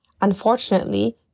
Unfortunately